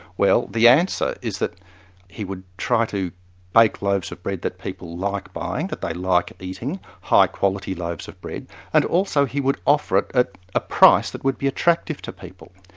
well, the answer is that he would try to bake loaves of bread that people like buying, that they like eating, high quality loaves of bread and also he would offer it at a price that would be attractive to people.